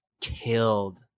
killed